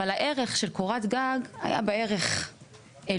אבל הערך של קורת גג, היה בה ערך עליון.